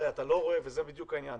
הרי זה בדיוק העניין,